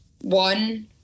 one